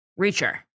reacher